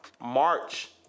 march